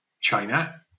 China